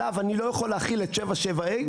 עליו אני לא יכול להכיל את 7.7 ה',